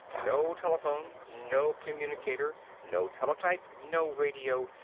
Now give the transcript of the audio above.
no telephone, no communicator, no teletype, no radio,